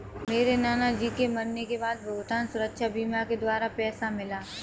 मेरे नाना जी के मरने के बाद भुगतान सुरक्षा बीमा के द्वारा पैसा मिला